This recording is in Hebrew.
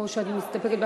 או שאת מסתפקת,